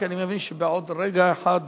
כי אני מבין שבעוד רגע אחד ייכנסו,